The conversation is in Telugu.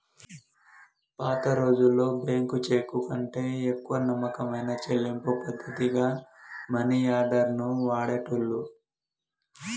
పాతరోజుల్లో బ్యేంకు చెక్కుకంటే ఎక్కువ నమ్మకమైన చెల్లింపు పద్ధతిగా మనియార్డర్ ని వాడేటోళ్ళు